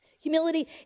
humility